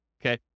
okay